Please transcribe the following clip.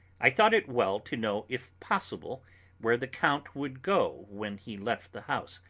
i thought it well to know if possible where the count would go when he left the house.